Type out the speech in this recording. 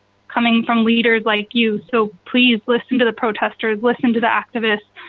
coming from leaders like you. so please listen to the protesters, listen to the activists,